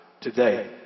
today